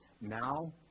now